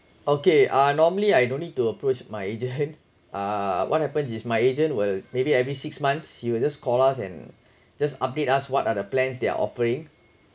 okay uh normally I don't need to approach my agent uh what happens is my agent will maybe every six months she just call us and just update us what are the plans they're offering